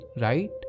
right